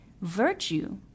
virtue